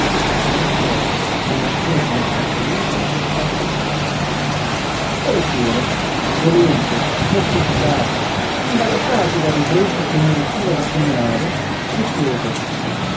e raccolse e nascose nel fazzoletto qualche cosa il forestiere dolente mortificato imbarazzato dal ribrezzo che non riusciva a dissimulare rispose